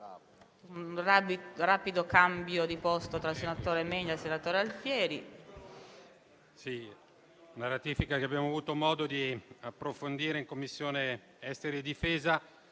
un rapido cambio di posto tra il senatore Menia e il senatore Alfieri,